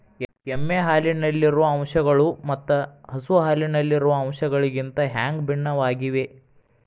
ಎಮ್ಮೆ ಹಾಲಿನಲ್ಲಿರುವ ಅಂಶಗಳು ಮತ್ತ ಹಸು ಹಾಲಿನಲ್ಲಿರುವ ಅಂಶಗಳಿಗಿಂತ ಹ್ಯಾಂಗ ಭಿನ್ನವಾಗಿವೆ?